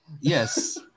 yes